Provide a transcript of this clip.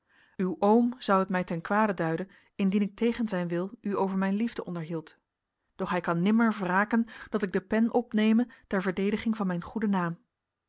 uw oom zou het mij ten kwade duiden indien ik tegen zijn wil u over mijn liefde onderhield doch hij kan nimmer wraken dat ik de pen opneme ter verdediging van mijn goeden naam